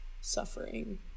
suffering